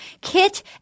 Kit